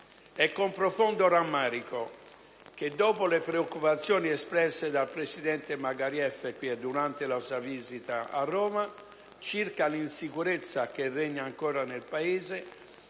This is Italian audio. Con profondo rammarico sottolineo che, dopo le preoccupazioni espresse dal presidente Magariaf durante la sua visita a Roma circa l'insicurezza che regna ancora nel Paese,